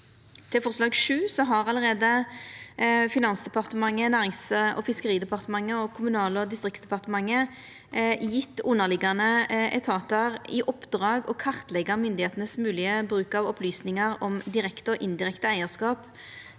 Til forslag nr. 7: Finansdepartementet, Nærings- og fiskeridepartementet og Kommunal- og distriktsdepartementet har allereie gjeve underliggjande etatar i oppdrag å kartleggja myndigheitenes moglege bruk av opplysningar om direkte og indirekte eigarskap